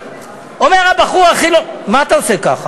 מוציא הרב את התוספת שעכשיו